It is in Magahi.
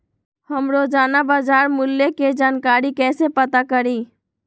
हम रोजाना बाजार मूल्य के जानकारी कईसे पता करी?